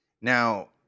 Now